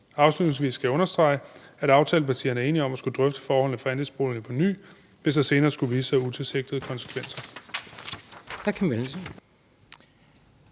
Afslutningsvis skal jeg understrege, at aftalepartierne er enige om at skulle drøfte forholdene for andelsboligerne på ny, hvis der senere skulle vise sig utilsigtede konsekvenser.